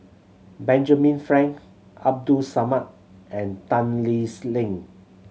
Benjamin Frank Abdul Samad and Tan Lee's Leng